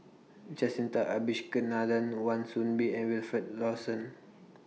Jacintha Abisheganaden Wan Soon Bee and Wilfed Lawson